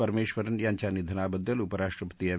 परमेश्वरन यांच्या निधनाबद्दल उपराष्ट्रपती एम